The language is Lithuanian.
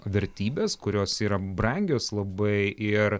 vertybes kurios yra brangios labai ir